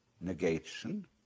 negation